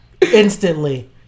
instantly